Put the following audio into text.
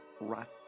rock